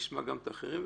נשמע גם את אחרים.